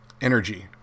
energy